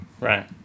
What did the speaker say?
right